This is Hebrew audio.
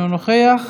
אינו נוכח,